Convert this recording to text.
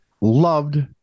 loved